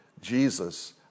Jesus